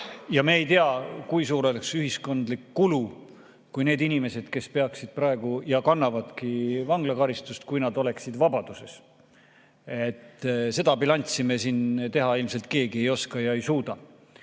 ja me ei tea, kui suur oleks ühiskondlik kulu, kui need inimesed, kes peaksid praegu [kandma] ja kannavadki vanglakaristust, oleksid vabaduses. Seda bilanssi me siin teha ilmselt keegi ei oska ja ei suuda.